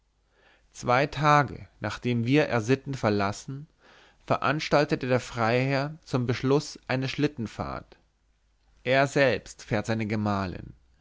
zwei tage nachdem wir r sitten verlassen veranstaltete der freiherr zum beschluß eine schlittenfahrt er selbst fährt seine gemahlin